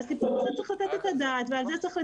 על הסיפור הזה צריך לתת את הדעת ועל זה צריך לדבר.